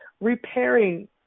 repairing